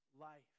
life